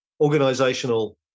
organizational